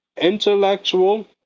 intellectual